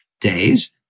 days